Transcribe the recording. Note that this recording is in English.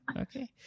Okay